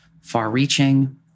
far-reaching